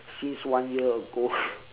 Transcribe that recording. since one year ago